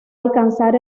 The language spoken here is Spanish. alcanzar